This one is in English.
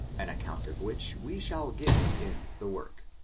an account of which we shall give in the work.